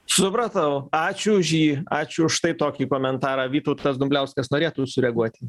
supratau ačiū už jį ačiū už štai tokį komentarą vytautas dumbliauskas norėtų sureaguoti